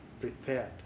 prepared